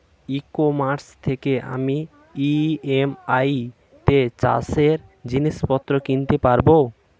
ই commerce থেকে আমি EMI তে চাষে জিনিসপত্র কিনতে পারব?